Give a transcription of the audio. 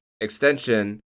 extension